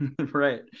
Right